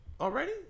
already